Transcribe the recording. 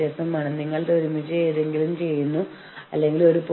ഒരു മദ്ധ്യസ്ഥൻ പുറത്ത് നിന്ന് തിരഞ്ഞെടുത്ത ഒരു നിഷ്പക്ഷ വ്യക്തിയാണ്